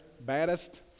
baddest